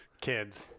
Kids